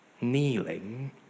kneeling